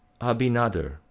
Abinader